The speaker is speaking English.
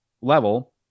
level